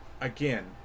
Again